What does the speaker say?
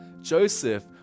Joseph